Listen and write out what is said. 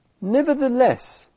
Nevertheless